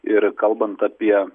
ir kalbant apie